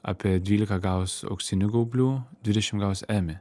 apie dvylika gaus auksinių gaublių dvidešim gaus emmy